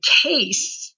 case